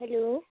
hello